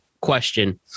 question